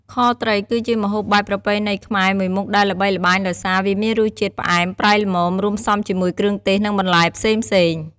ខត្រី គឺជាម្ហូបបែបប្រពៃណីខ្មែរមួយមុខដែលល្បីល្បាញដោយសារ វាមានរសជាតិផ្អែម ប្រៃល្មម រួមផ្សំជាមួយគ្រឿងទេស និងបន្លែផ្សេងៗ។